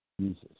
Jesus